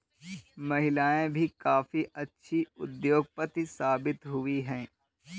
महिलाएं भी काफी अच्छी उद्योगपति साबित हुई हैं